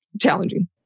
challenging